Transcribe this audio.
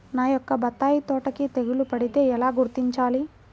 నా యొక్క బత్తాయి తోటకి తెగులు పడితే ఎలా గుర్తించాలి?